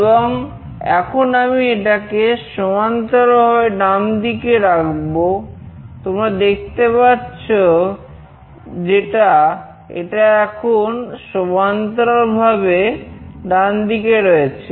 এবং এখন আমি এটাকে সমান্তরালভাবে ডানদিকে রাখবো তোমরা দেখতে পাচ্ছ যেটা এটা এখন সমান্তরালভাবে ডান দিকে রয়েছে